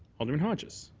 alderman hodges?